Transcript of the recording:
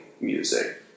music